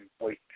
Wait